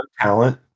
talent